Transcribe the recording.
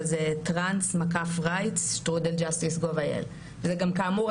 אבל זה TRANS-RIGHT@JUSTICE.GOV.IL. כאמור,